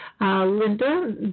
Linda